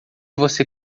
você